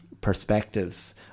perspectives